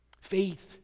Faith